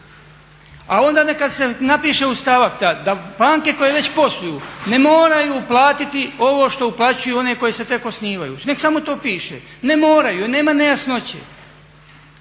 A onda kad se napiše u stavak da banke koje već posluju ne moraju uplatiti ovo što uplaćuju one koje se tek osnivaju. Nek samo to piše, ne moraju, nema nejasnoće.